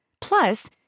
Plus